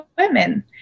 women